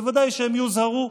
בוודאי שהם יוזהרו,